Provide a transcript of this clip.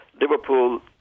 Liverpool